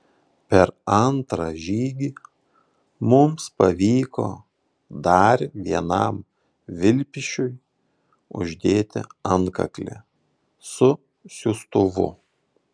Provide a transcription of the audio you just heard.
per antrą žygį mums pavyko dar vienam vilpišiui uždėti antkaklį su siųstuvu